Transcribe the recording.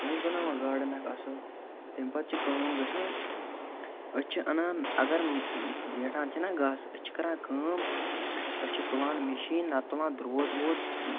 چھِ نہٕ حظ بَناوان گارڈَن اَکھ اَصٕل تَمہِ پَتہٕ چھِ کٲم گژھان أسۍ چھِ اَنان اگر زیٹھان چھِنا گاسہٕ أسۍ چھِ کَران کٲم أسۍ چھِ تُلان مِشیٖن نَتہٕ تُلان درٛوت ووت